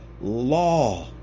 law